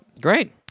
Great